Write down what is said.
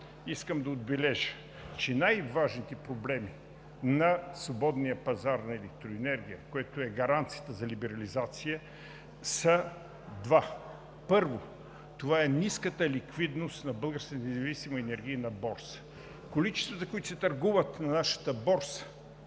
искам да отбележа, че най-важните проблеми на свободния пазар на електроенергия, което е гаранцията за либерализация, са два. Първо, това е ниската ликвидност на Българската независима енергийна борса. Количествата, които се търгуват на нашата борса,